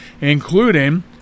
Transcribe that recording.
including